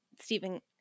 Stephen